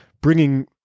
bringing